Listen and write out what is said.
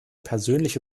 persönliche